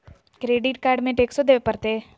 Credit card में टेक्सो देवे परते?